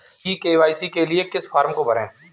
ई KYC के लिए किस फ्रॉम को भरें?